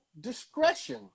discretion